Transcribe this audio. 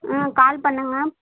ஆ call பண்ணுங்க